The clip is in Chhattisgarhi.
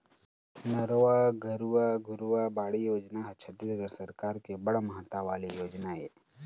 नरूवा, गरूवा, घुरूवा, बाड़ी योजना ह छत्तीसगढ़ सरकार के बड़ महत्ता वाले योजना ऐ